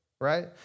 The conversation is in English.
right